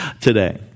today